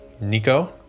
Nico